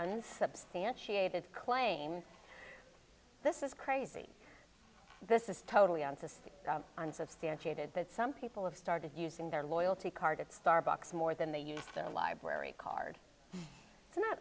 unsubstantiated claim this is crazy this is totally on says unsubstantiated that some people have started using their loyalty card at starbucks more than they used their library card i